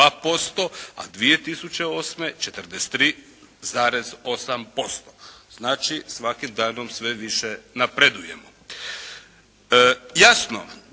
72,2%, a 2008. 43,8%. Znači svakim danom sve više napredujemo. Jasno